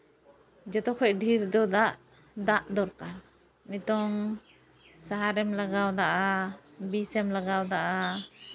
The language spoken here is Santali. ᱡᱚᱛᱚ ᱠᱷᱚᱡ ᱰᱷᱮᱨ ᱫᱚ ᱫᱟᱜ ᱫᱟᱜ ᱫᱚᱨᱠᱟᱨ ᱱᱤᱛᱚᱜ ᱥᱟᱦᱟᱨᱮᱢ ᱞᱟᱜᱟᱣ ᱟᱫᱟ ᱵᱤᱥᱮᱢ ᱞᱟᱜᱟᱣ ᱟᱫᱟ